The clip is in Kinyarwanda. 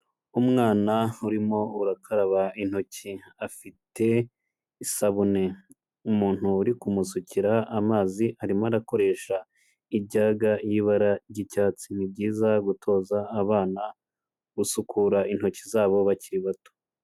Umwana urimo urakaraba intoki afite isabune, umuntu uri kumusukira amazi arimo arakoresha ijyaga y'ibara ry'icyatsi. Ni byiza gutoza abana gusukura intoki zabo bakiri bato.